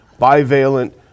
bivalent